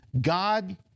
God